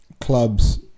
clubs